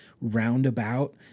roundabout